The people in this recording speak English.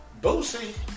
Boosie